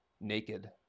naked